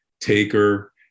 Taker